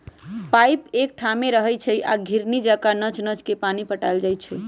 pipe एकठाम रहै छइ आ घिरणी जका नच नच के पानी पटायल जाइ छै